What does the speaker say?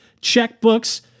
checkbooks